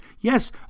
Yes